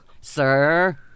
Sir